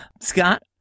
Scott